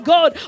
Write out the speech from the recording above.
God